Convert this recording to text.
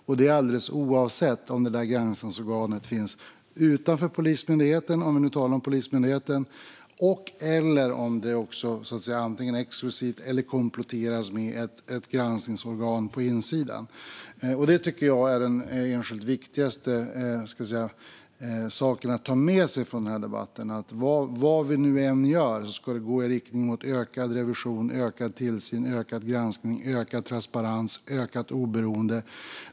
Det gäller alldeles oavsett om granskningsorganet finns utanför Polismyndigheten, om vi nu talar om Polismyndigheten, eller om det kompletteras med ett granskningsorgan på insidan. Jag tycker att det enskilt viktigaste att ta med sig från denna debatt är detta: Vad vi nu än gör ska det gå i riktning mot ökad revision, ökad tillsyn, ökad granskning, ökad transparens och ökat oberoende.